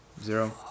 Zero